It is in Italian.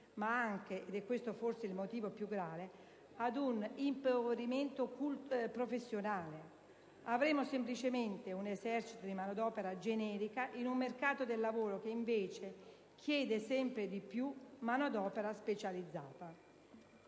ma anche (ed è questo, forse, il punto più grave) professionale. Avremo semplicemente un esercito di manodopera generica in un mercato del lavoro che invece chiede sempre di più manodopera specializzata.